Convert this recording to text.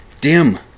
Dim